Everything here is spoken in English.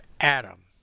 Adam